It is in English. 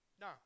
No